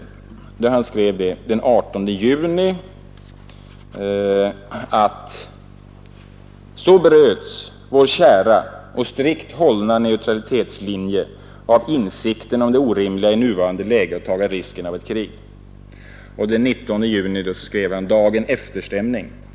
De lyder: ”18 juni. ...Så bröts vår kära och strikt hållna neutralitetslinje av insikten om det orimliga i nuvarande läge att taga risken av ett krig. 19 juni. Dagen efter-stämning.